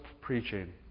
preaching